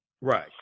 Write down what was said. Right